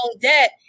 debt